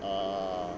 err